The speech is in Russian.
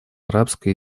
арабской